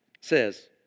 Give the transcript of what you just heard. says